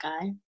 guy